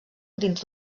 dins